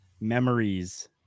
memories